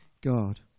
God